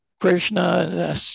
Krishna